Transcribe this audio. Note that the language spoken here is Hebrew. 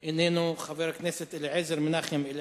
חבר הכנסת נחמן שי, איננו.